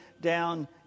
down